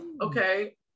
Okay